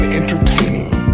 entertaining